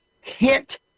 hit